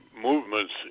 movements